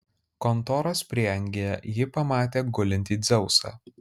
kontoros prieangyje ji pamatė gulintį dzeusą